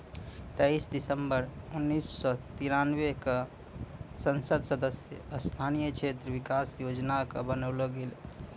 तेइस दिसम्बर उन्नीस सौ तिरानवे क संसद सदस्य स्थानीय क्षेत्र विकास योजना कअ बनैलो गेलैय